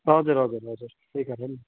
हजुर हजुर हजुर त्यही कारणले नि